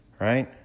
right